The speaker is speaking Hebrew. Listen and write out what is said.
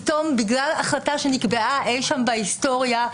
פתאום בגלל החלטה שנקבעה אי שם בהיסטוריה,